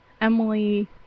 Emily